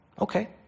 Okay